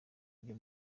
byo